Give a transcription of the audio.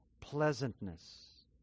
pleasantness